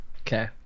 Okay